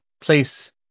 place